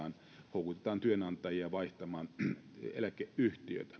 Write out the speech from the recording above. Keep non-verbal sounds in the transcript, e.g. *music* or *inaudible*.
houkutetaan työnantajia vaihtamaan eläkeyhtiötä *unintelligible*